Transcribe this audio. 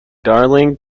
darling